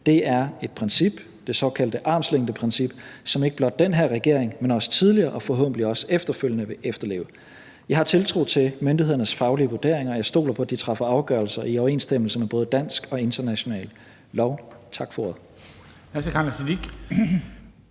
Det er et princip, det såkaldte armslængdeprincip, som ikke blot den her regering, men også tidligere og forhåbentlig også efterfølgende regeringer vil efterleve. Jeg har tiltro til myndighedernes faglige vurderinger. Jeg stoler på, at de træffer afgørelser i overensstemmelse med både dansk og international lov. Tak for ordet. Kl.